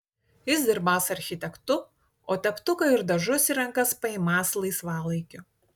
jis dirbąs architektu o teptuką ir dažus į rankas paimąs laisvalaikiu